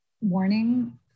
warning